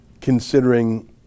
considering